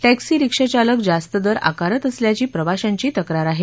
taxi रिक्षाचालक जास्त दर आकारत असल्याची प्रवाशांची तक्रार आहे